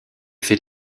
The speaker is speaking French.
fait